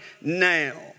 now